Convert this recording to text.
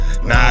Nah